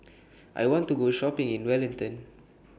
I want to Go Shopping in Wellington